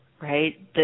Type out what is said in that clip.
right